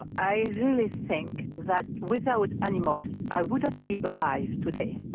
i really think that without animals i wouldn't be alive today.